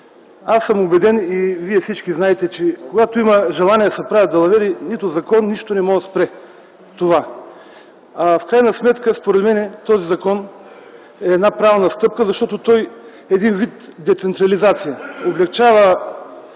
Аз съм убеден и всички вие знаете, че когато има желание да се правят далавери – нито закон, нищо не може да спре това. В крайна сметка, според мен, този закон е една правилна стъпка, защото той е един вид децентрализация – облекчава